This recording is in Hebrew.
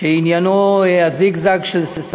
שאלה גדול את שר